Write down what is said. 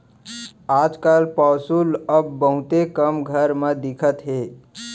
आज काल पौंसुल अब बहुते कम घर म दिखत हे